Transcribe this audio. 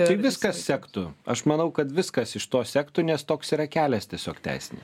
tai viskas sektų aš manau kad viskas iš to sektų nes toks yra kelias tiesiog teisinė